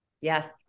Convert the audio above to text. Yes